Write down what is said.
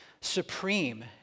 supreme